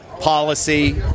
policy